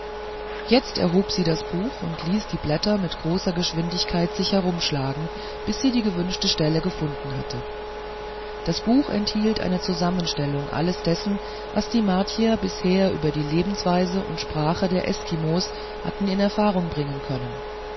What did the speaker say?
jetzt erst erhob sie das buch und ließ die blätter mit großer geschwindigkeit sich herumschlagen bis sie die gewünschte stelle gefunden hatte das buch enthielt eine zusammenstellung alles dessen was die martier bisher über die lebensweise und sprache der eskimos hatten in erfahrung bringen können